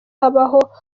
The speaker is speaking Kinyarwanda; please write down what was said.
habaho